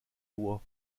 lois